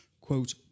quote